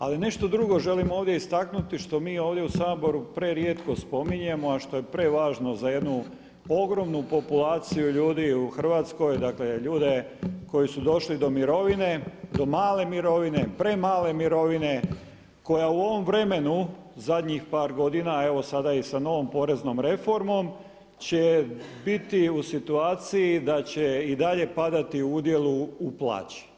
Ali nešto drugo želim ovdje istaknuti što mi ovdje u Saboru prerijetko spominjemo a što je prevažno za jednu ogromnu populaciju ljudi u Hrvatskoj, dakle ljude koji su došli do mirovine, do male mirovine, premale mirovine koja u ovom vremenu zadnjih par godina a evo sada i sa novom poreznom reformom će biti u situaciji da će i dalje padati u udjelu u plaći.